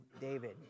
David